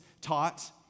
taught